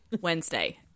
Wednesday